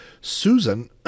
Susan